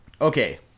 Okay